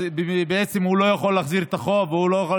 אז בעצם הוא לא יכול להחזיר את החוב והוא לא יכול